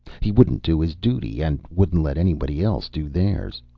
he wouldn't do his duty and wouldn't let anybody else do theirs.